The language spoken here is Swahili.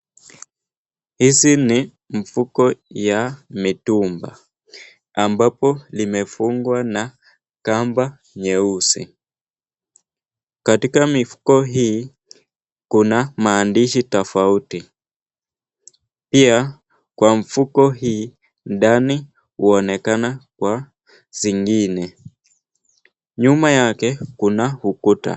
Hizi ni mifuko ya mitumba, ambapo limefungwa na kamba nyeusi. Katika mifuko hii, kuna maandishi tofauti. Pia, kwa mfuko hii ndani huonekana kwa zingine. Nyuma yake kuna ukuta.